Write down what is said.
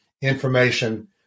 information